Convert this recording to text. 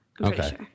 Okay